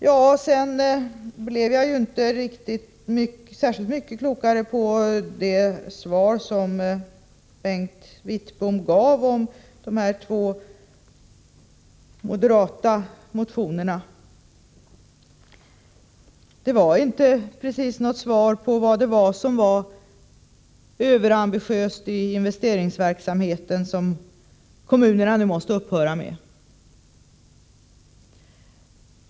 Jag blev sedan inte särskilt mycket klokare av det svar som Bengt Wittbom gav beträffande de två moderata motionerna. Han gav inte precis något svar på frågan om vilka överambitiösa inslag i investeringsverksamheten som kommunerna nu måste upphöra med.